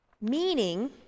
Meaning